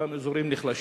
באותם אזורים נחלשים,